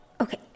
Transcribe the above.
Okay